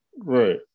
right